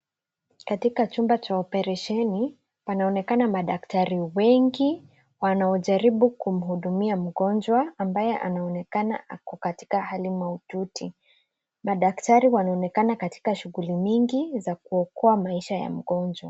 Katika chumba cha operesheni, wanaonekana madaktari wengi wanaojaribu kumhudumia mgonjwa, ambaye anaonekana ako katika hali maututi. Madaktari wanaonekana katika shughuli mingi za kuokoa maisha ya mgonjwa.